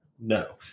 No